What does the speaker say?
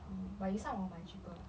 uh but you 上网买 cheaper ah